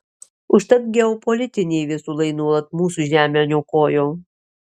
užtat geopolitiniai viesulai nuolat mūsų žemę niokojo